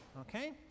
Okay